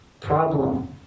problem